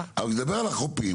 אבל אני מדבר על החופים.